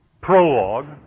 prologue